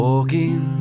Walking